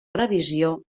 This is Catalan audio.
revisió